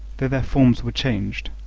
though their forms were changed,